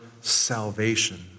salvation